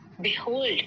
behold